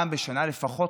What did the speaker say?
פעם בשנה לפחות,